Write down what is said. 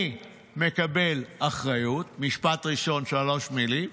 אני מקבל אחריות, משפט ראשון, שלוש מילים,